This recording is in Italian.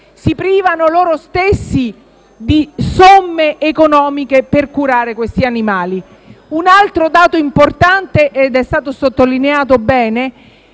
si privano, loro stessi, di somme di denaro per curare i loro animali. Un altro dato importante - ed è stato sottolineato bene